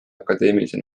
akadeemilise